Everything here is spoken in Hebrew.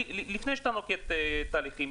לפני שאתה נוקט תהליכים,